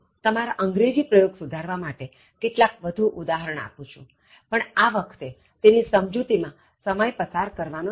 તોતમારા અંગ્રેજી પ્રયોગ સુધારવા માટે કેટલાક વધું ઉદાહરણ આપું છુંપણ આ વખતે તેની સમજુતિ માં સમય પસાર કરવાનો નથી